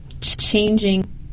changing